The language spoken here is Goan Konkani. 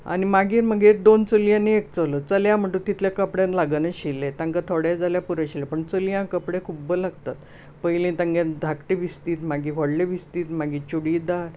आनी मागीर म्हगेर दोन चलयां आनी एक चलो चल्या म्हणटकूच तितले कपडे लाग नाशिल्लें तांका थोडें जाल्यार पुरो आशिल्लें पूण चलयांक कपडें खूब्ब लागतात पयली तांगे धाकटे विस्तीद मागीर व्हडले विस्तीद मागीर चुडीदार